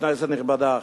כנסת נכבדה,